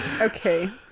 Okay